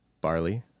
Barley